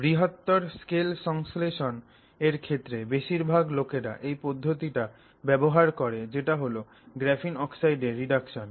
বৃহত্তর স্কেল সংশ্লেষণ এর ক্ষেত্রে বেশিরভাগ লোকেরা এই পদ্ধতিটা ব্যবহার করে যেটা হল গ্রাফিন অক্সাইডের রিডাকশন